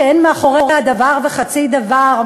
שאין מאחוריה דבר וחצי דבר,